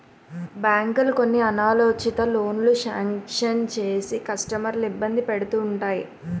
బ్యాంకులు కొన్ని అనాలోచిత లోనులు శాంక్షన్ చేసి కస్టమర్లను ఇబ్బంది పెడుతుంటాయి